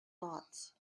thoughts